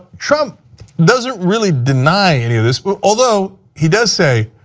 trump doesn't really the night any of this, but although he does say,